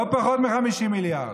לא פחות מ-50 מיליארד.